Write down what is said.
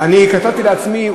אני כתבתי לעצמי,